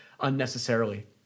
unnecessarily